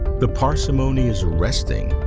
the parsimony is arresting,